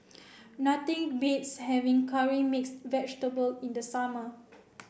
nothing beats having curry mix vegetable in the summer